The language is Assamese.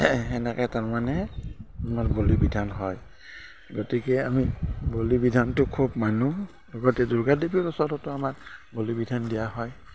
সেনেকৈ তাৰমানে আমাৰ বলি বিধান হয় গতিকে আমি বলি বিধানটো খুব মানোঁ লগতে দুৰ্গা দেৱীৰ ওচৰততো আমাৰ বলি বিধান দিয়া হয়